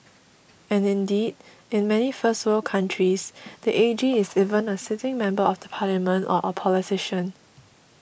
and indeed in many first world countries the A G is even a sitting member of the parliament or a politician